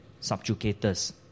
subjugators